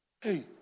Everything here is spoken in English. Hey